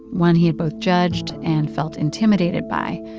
one he had both judged and felt intimidated by.